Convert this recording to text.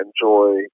enjoy